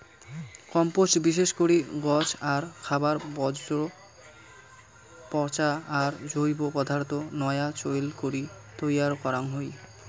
compost বিশেষ করি গছ আর খাবার বর্জ্য পচা আর জৈব পদার্থ নয়া চইল করি তৈয়ার করা হই